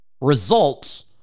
results